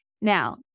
Now